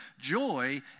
joy